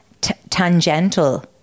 tangential